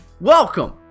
welcome